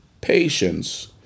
patience